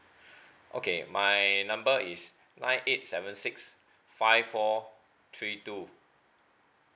okay my number is nine eight seven six five four three two